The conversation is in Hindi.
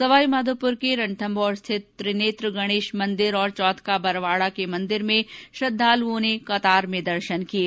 सवाईमाधोपुर के रणथम्मौर स्थित त्रिनेत्र गणेश मंदिर और चौथ का बरवाड़ा के मंदिर में श्रद्वालुओं ने कतार में दर्शन किये